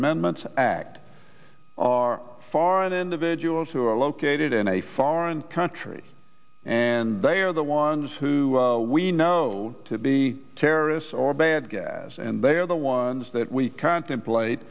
amendments act are foreign individuals who are located in a foreign country and they are the ones who we know to be terrorists or bad gas and they are the ones that we contemplate